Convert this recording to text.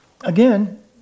again